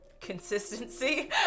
consistency